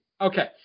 Okay